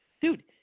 dude